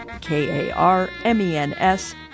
K-A-R-M-E-N-S